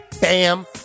bam